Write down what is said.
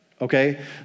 Okay